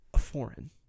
foreign